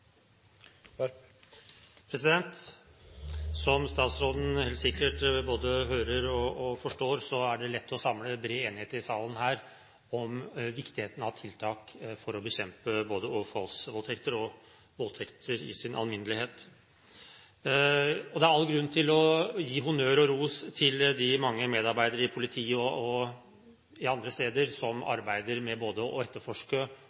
Som statsråden helt sikkert både hører og forstår, er det lett å samle bred enighet her i salen om viktigheten av tiltak for å bekjempe både overfallsvoldtekter og voldtekter i sin alminnelighet. Det er all grunn til å gi honnør og ros til de mange medarbeidere i politiet og andre steder som arbeider med både å etterforske